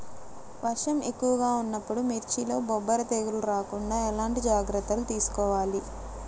వర్షం ఎక్కువగా ఉన్నప్పుడు మిర్చిలో బొబ్బర తెగులు రాకుండా ఎలాంటి జాగ్రత్తలు తీసుకోవాలి?